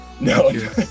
No